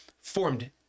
formed